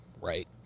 Right